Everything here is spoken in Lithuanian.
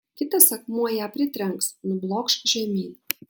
kitas akmuo ją pritrenks nublokš žemyn